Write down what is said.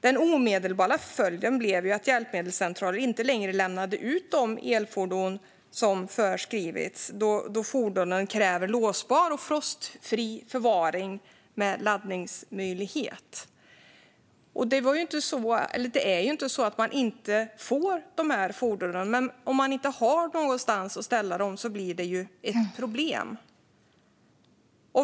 Den omedelbara följden blev att hjälpmedelscentraler inte längre lämnade ut de elfordon som förskrivits då fordonen kräver låsbar och frostfri förvaring med laddningsmöjlighet. Det är inte så att människor inte får fordonen, men om de inte har någonstans att ställa dem blir det ju ett problem.